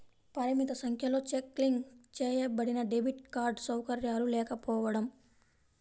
పరిమిత సంఖ్యలో cheque link చేయబడినడెబిట్ కార్డ్ సౌకర్యాలు లేకపోవడం